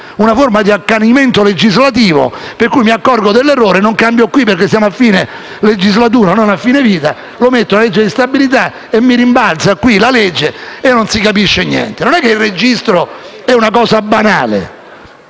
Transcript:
una forma di accanimento legislativo, per cui mi accorgo dell'errore ma non lo cambio perché siamo a fine legislatura (non a fine vita), lo metto nella legge di bilancio, mi rimbalza qui la legge e non si capisce più niente. Non è che un registro sia una cosa banale,